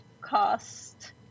cost